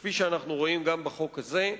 כפי שאנחנו רואים גם בחוק הזה,